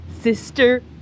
Sister